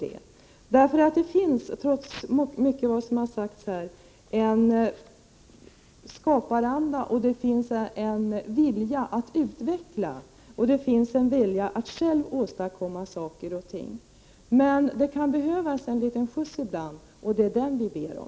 Det finns, trots mycket av vad som har sagts här, en skaparanda och en vilja att utveckla, och det finns en vilja att själv åstadkomma saker och ting. Men det kan behövas en liten skjuts ibland, och det är den vi ber om.